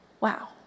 Wow